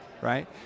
right